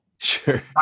Sure